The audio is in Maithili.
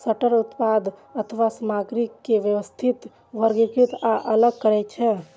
सॉर्टर उत्पाद अथवा सामग्री के व्यवस्थित, वर्गीकृत आ अलग करै छै